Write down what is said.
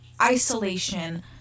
isolation